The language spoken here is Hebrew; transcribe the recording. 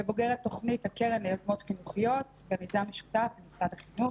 ובוגרת תוכנית הקרן ליוזמות חינוכיות במיזם משותף עם משרד החינוך.